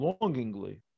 longingly